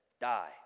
die